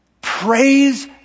Praise